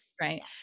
right